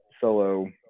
solo